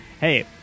Hey